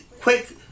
quick